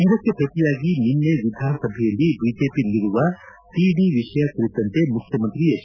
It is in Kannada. ಇದಕ್ಕೆ ಪ್ರತಿಯಾಗಿ ನಿನ್ನೆ ವಿಧಾನಸಭೆಯಲ್ಲಿ ಬಿಜೆಪಿ ನೀಡಿರುವ ಸಿಡಿ ವಿಷಯ ಕುರಿತಂತೆ ಮುಖ್ಯಮಂತ್ರಿ ಎಚ್